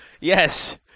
yes